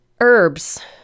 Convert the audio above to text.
herbs